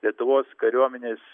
lietuvos kariuomenės